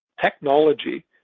technology